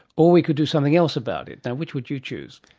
or we could do something else about it. which would you choose?